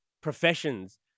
professions